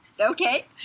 Okay